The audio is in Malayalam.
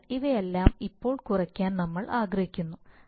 അതിനാൽ ഇവയെല്ലാം ഇപ്പോൾ കുറയ്ക്കാൻ നമ്മൾ ആഗ്രഹിക്കുന്നു